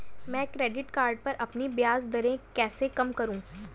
मैं credit card पर अपनी ब्याज दरें कैसे कम करूँ?